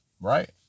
right